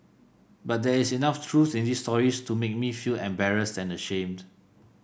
but there is enough truth in these stories to make me feel embarrassed and ashamed